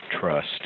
trust